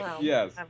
Yes